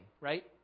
right